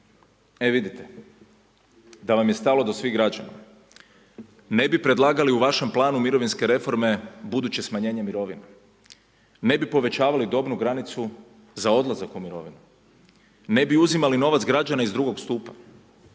E vidite da vam je stalo do svih građana ne bi predlagali u vašem planu mirovinske reforme buduće smanjenje mirovina, ne bi povećavali dobnu granicu za odlazak u mirovinu ne bi uzimali novac građana iz drugog stupa,